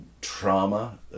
trauma